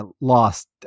lost